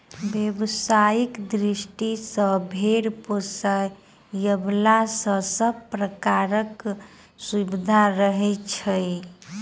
व्यवसायिक दृष्टि सॅ भेंड़ पोसयबला के सभ प्रकारक सुविधा रहैत छै